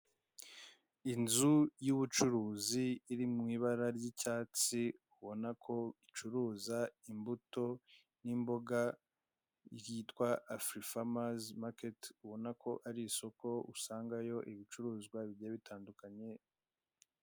Inzu y'ubucuruzi, iri mu ibara ry'icyatsi, ubona ko icuruza imbuto n'imboga, ryitwa Afurifamazi maketi, ubona ko ari isoko usangayo ibicuruzwa bigiye bitandukanye.